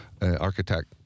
architect